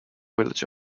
village